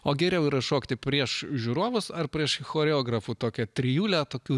o geriau yra šokti prieš žiūrovus ar prieš choreografų tokią trijulę tokių